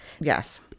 Yes